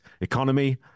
economy